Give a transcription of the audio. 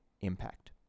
Impact